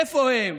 איפה הם?